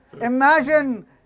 Imagine